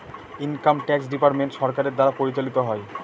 income tax department সরকারের দ্বারা পরিচালিত হয়